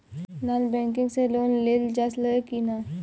Non banking से loan लेल जा ले कि ना?